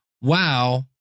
wow